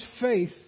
faith